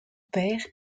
père